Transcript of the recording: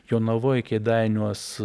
jonavoj kėdainiuos